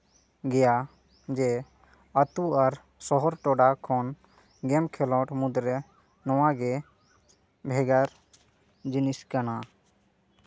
ᱜᱮᱭᱟ ᱡᱮ ᱟᱹᱛᱳ ᱟᱨ ᱥᱚᱦᱚᱨ ᱴᱚᱴᱷᱟ ᱠᱷᱚᱱ ᱜᱮᱹᱢ ᱠᱷᱮᱸᱞᱳᱰ ᱢᱩᱫᱽ ᱨᱮ ᱱᱚᱣᱟ ᱜᱮ ᱵᱷᱮᱜᱟᱨ ᱡᱤᱱᱤᱥ ᱠᱟᱱᱟ